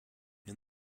and